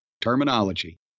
terminology